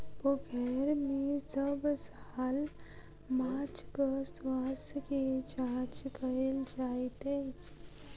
पोखैर में सभ साल माँछक स्वास्थ्य के जांच कएल जाइत अछि